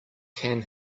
can